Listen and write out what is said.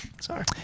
Sorry